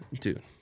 dude